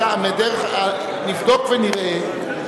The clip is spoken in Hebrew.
נבדוק ונראה,